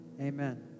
Amen